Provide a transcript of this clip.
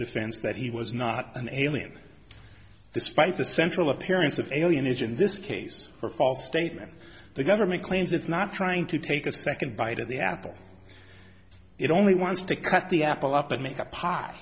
defense that he was not an alien despite the central appearance of alienation in this case for false statement the government claims it's not trying to take a second bite of the apple it only wants to cut the apple up and make a pot